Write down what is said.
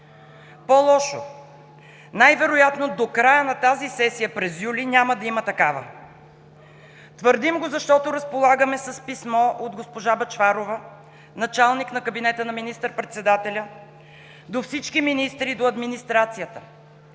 По-лошо – най-вероятно до края на тази сесия през юли няма да има такава. Твърдим го, защото разполагаме с писмо от госпожа Бъчварова – началник на кабинета на министър-председателя, до всички министри и до администрацията,